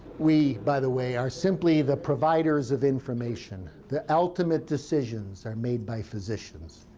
we, by the way, are simply the providers of information. the ultimate decisions are made by physicians.